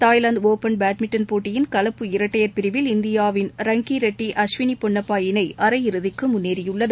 Thailand open badminton போட்டியில் கலப்பு இரட்டையர் பிரிவில் இந்தியாவின் ரங்கிரெட்டி அஸ்வினி பொன்னப்பா இணை அரையிறுதிக்கு முன்னேறியுள்ளது